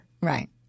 right